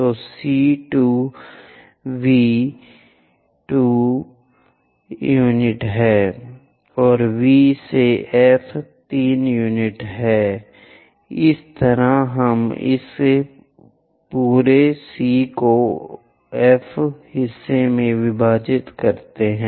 तो C to V 2 unit है और V से F 3 यूनिट है इस तरह हम इस पूरे C को F हिस्से में विभाजित करते हैं